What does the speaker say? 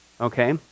okay